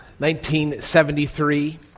1973